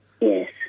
Yes